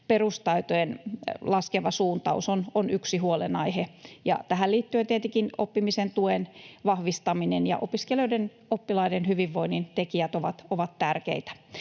perustaitojen laskeva suuntaus on yksi huolenaihe, ja tähän liittyen tietenkin oppimisen tuen vahvistaminen ja opiskelijoiden, oppilaiden hyvinvoinnin tekijät ovat tärkeitä.